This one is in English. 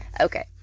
Okay